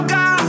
God